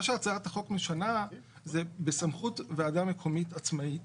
מה שהצעת החוק משנה זה בסמכות ועדה מקומית עצמאית